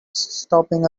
stopping